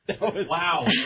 Wow